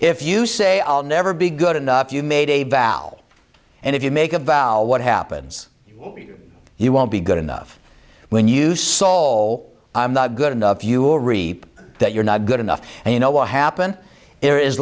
if you say i'll never be good enough you made a vow and if you make a vow what happens you won't be good enough when you soul i'm not good enough you will reap that you're not good enough and you know what happened there is